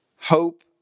Hope